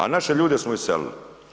A naše ljude smo iselili.